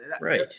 Right